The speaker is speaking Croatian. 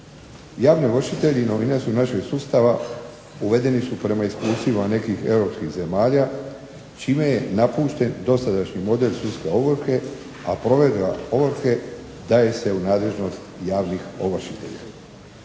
Javni ovršitelji novina su našeg sustava, uvedeni su prema iskustvima nekih Europskih zemalja čime je napušten dosadašnji model sudske ovrhe a provedba ovrhe daje se u nadležnost javnih ovršitelja.